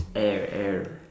air air